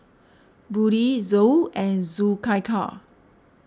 Budi Zul and Zulaikha